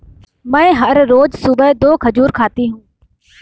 मैं हर रोज सुबह दो खजूर खाती हूँ